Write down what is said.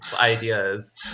ideas